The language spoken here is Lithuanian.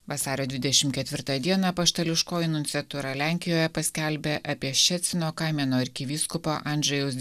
vasario dvidešim ketvirtą dieną apaštališkoji nunciatūra lenkijoje paskelbė apie ščecino kamino arkivyskupo andžejaus